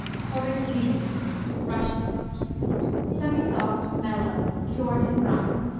korestin russia semisoft mellow cured in brine.